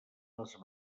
les